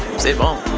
c'est bon!